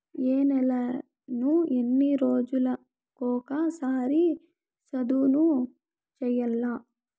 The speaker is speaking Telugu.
ఏ నేలను ఎన్ని రోజులకొక సారి సదును చేయల్ల?